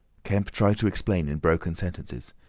kemp tried to explain in broken sentences.